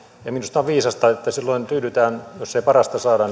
ja minusta on viisasta että silloin tyydytään jos ei parasta saada